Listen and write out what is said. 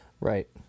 Right